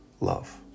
love